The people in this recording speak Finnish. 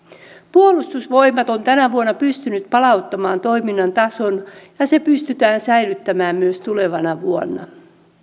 puolustusvoimat on tänä vuonna pystynyt palauttamaan toiminnan tason ja se pystytään säilyttämään myös tulevana vuonna